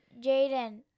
Jaden